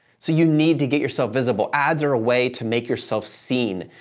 so, you need to get yourself visible. ads are a way to make yourself seen.